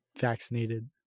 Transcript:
vaccinated